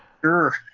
Sure